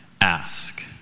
ask